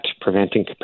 preventing